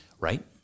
Right